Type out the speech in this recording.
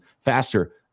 faster